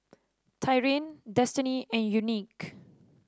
Tyrin Destiney and Unique